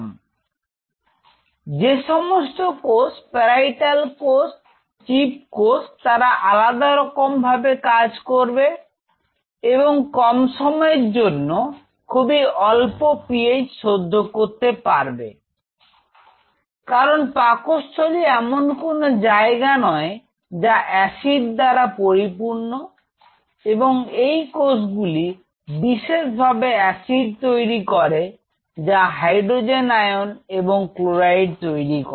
তো যে সমস্ত কোষ প্যারাইটাল কোষ চিপ কোষ তারা আলাদা রকম ভাবে কাজ করবে এবং কম সময়ের জন্য খুবই অল্প PH সহ্য করতে পারবে কারণ পাকস্থলী এমন কোন জায়গা নয় যা এসিড দ্বারা পরিপূর্ণ এবং এই কোষগুলি বিশেষভাবে অ্যাসিড তৈরি করে যা হাইড্রোজেন আয়ন এবং ক্লোরাইড তৈরি করে